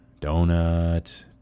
donut